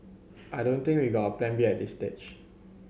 I don't think we've got a Plan B at this stage